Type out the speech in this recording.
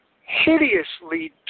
hideously